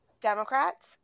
Democrats